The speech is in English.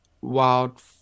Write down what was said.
wild